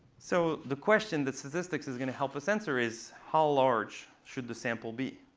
so the question that statistics is going to help us answer is, how large should the sample be?